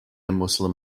muslim